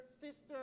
sister